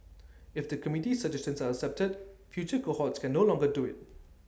if the committee's suggestions are accepted future cohorts can no longer do IT